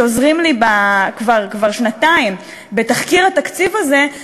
שעוזרים לי כבר שנתיים בתחקיר התקציב הזה,